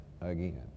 again